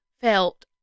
felt